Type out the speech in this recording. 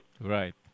Right